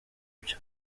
byo